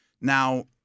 Now